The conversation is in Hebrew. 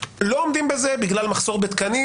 לא עומדים בזה בגלל מחסור בתקנים,